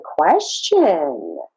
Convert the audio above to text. question